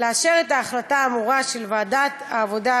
לאשר את ההחלטה האמורה של ועדת העבודה,